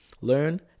learn